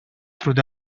through